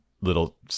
little